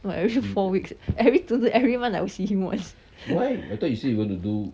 not every four weeks every tw~ tw~ evey month I will see him once